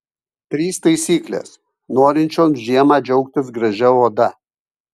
trys taisyklės norinčioms žiemą džiaugtis gražia oda